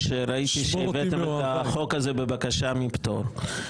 כשראיתי שהבאתם את החוק הזה בבקשה מפטור.